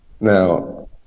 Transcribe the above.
Now